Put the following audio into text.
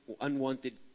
unwanted